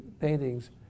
paintings